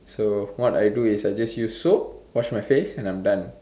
so what I do is I'll just use soap wash my face and I'm done